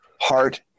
heart